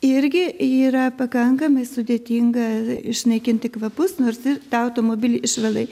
irgi yra pakankamai sudėtinga išnaikinti kvapus nors ir tą automobilį išvalai